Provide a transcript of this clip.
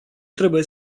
trebuie